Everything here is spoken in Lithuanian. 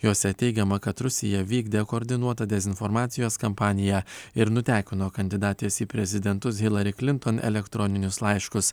jose teigiama kad rusija vykdė koordinuotą dezinformacijos kampaniją ir nutekino kandidatės į prezidentus hilari klinton elektroninius laiškus